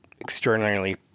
extraordinarily